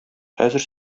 хәзер